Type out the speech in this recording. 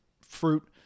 fruit